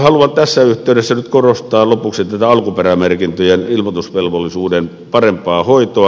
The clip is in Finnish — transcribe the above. haluan tässä yhteydessä nyt korostaa lopuksi tätä alkuperämerkintöjen ilmoitusvelvollisuuden parempaa hoitoa